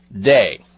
day